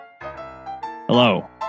Hello